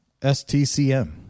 STCM